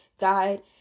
guide